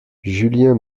julien